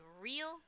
real